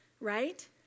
right